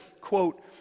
quote